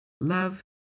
Love